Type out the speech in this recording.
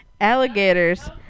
Alligators